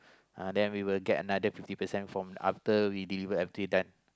uh then we will get another fifty percent from after we did ever it done